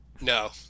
No